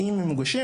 אם הם מוגשים,